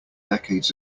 decades